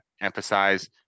emphasize